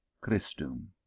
Christum